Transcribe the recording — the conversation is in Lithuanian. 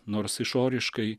nors išoriškai